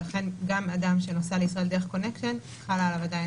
ולכן גם אדם שנוסע לישראל דרך קונקשן חלה עליו עדיין ההכרזה.